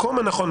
המקום הנכון,